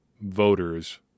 voters